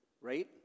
right